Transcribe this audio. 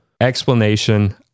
explanation